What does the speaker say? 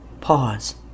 pause